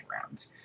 round